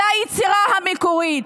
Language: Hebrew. וזה היצירה המקורית.